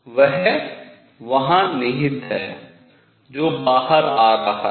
वह वहाँ निहित है जो बाहर जा रहा है